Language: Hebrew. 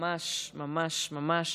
ממש ממש ממש